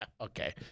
Okay